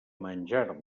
menjar